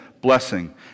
blessing